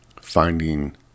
finding